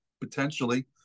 potentially